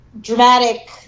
dramatic